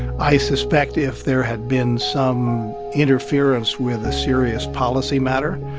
i suspect if there had been some interference with a serious policy matter,